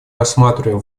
рассматриваем